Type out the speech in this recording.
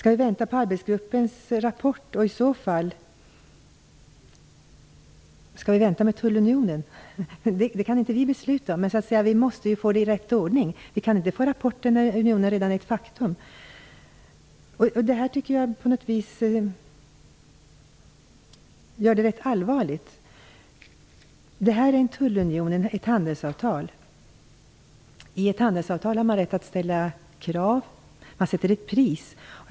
Skall vi vänta på arbetsgruppens rapport? Skall vi i så fall vänta med tullunionen? Det kan inte vi besluta, men vi måste få det i rätt ordning. Vi kan inte få rapporten när unionen redan är ett faktum. Jag tycker att detta gör det väldigt allvarligt. Det gäller en tullunion - ett handelsavtal. I ett handelsavtal har man rätt att ställa krav. Man sätter ett pris.